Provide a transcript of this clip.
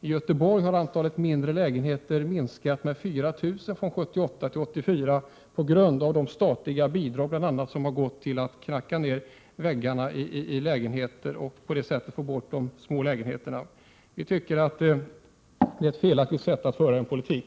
I Göteborg har antalet mindre lägenheter minskat med 4 000 från 1978 till 1984 på grund av bl.a. de bidrag som har gått till att knacka ned väggarna i lägenheter för att på det sättet få bort de små lägenheterna. Vi tycker att det är ett felaktigt sätt att föra en politik.